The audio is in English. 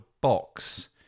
box